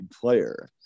player